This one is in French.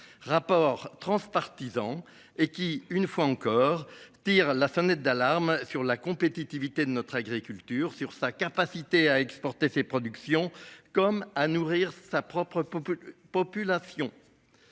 rapport transpartisan et qui une fois encore tire la sonnette d'alarme sur la compétitivité de notre agriculture sur sa capacité à exporter ses productions comme à nourrir sa propre. Population.